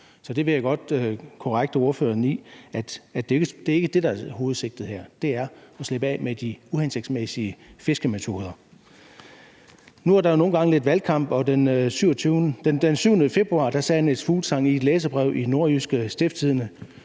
så der vil jeg godt korrekse ordføreren. Det er ikke det, der er hovedsigtet her. Det er at slippe af med de uhensigtsmæssige fiskemetoder. Nu er der jo nogle gange lidt valgkamp, og den 7. februar sagde Niels Fuglsang i et læserbrev i NORDJYSKE, som